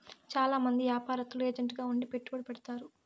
చాలా మంది యాపారత్తులు ఏజెంట్ గా ఉండి పెట్టుబడి పెడతారు